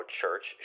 church